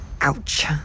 Ouch